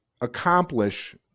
accomplish